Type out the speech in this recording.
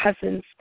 cousins